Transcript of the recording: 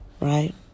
Right